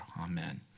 Amen